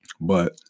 But-